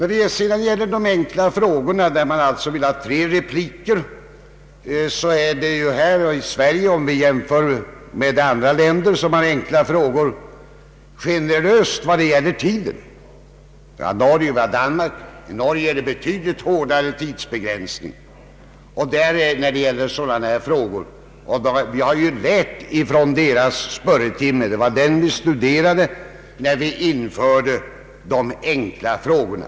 När det gäller de enkla frågorna föreslår reservanterna att tre repliker skall medges. Vi är här i Sverige, om vi jämför med andra länder som har ett system med enkla frågor, t.ex. Norge och Danmark, generösa beträffande tiden för repliker. I Norge har man en betydligt hårdare tidsbegränsning. Vi har tagit efter den norska spörretimmen. Det var den som vi studerade när vi införde de enkla frågorna.